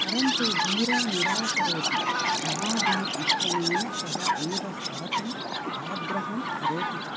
परन्तु वीरः निराकरोति महावीरः इत्यनेन सह एव स्थातुम् आग्रहं करोति च